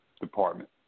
department